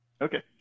Okay